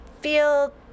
feel